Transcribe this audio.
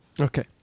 okay